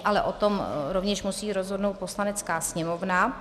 Ale o tom rovněž musí rozhodnout Poslanecká sněmovna.